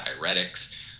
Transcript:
diuretics